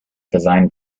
designed